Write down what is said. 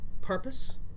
purpose